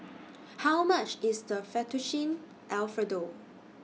How much IS The Fettuccine Alfredo